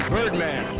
Birdman